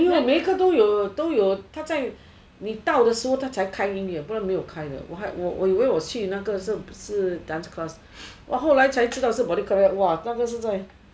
没有每个都有都有他在你到的时候他才开音乐不然没有开的我以为我去那个是是 dance class !wah! 后来才知道是我的 !wah! 那个是在